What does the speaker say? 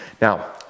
Now